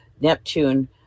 Neptune